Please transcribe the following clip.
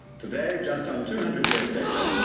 today, just on two hundred years later,